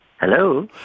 Hello